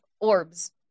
orbs